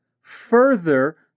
Further